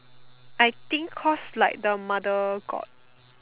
I think cause like the mother got